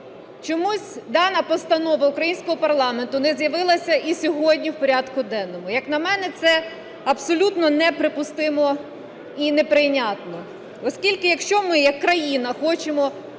Чомусь дана постанова українського парламенту не з'явилася і сьогодні в порядку денному. Як на мене, це абсолютно неприпустимо і неприйнятно. Оскільки якщо ми як країна хочемо